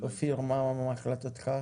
אופיר, מה החלטתך?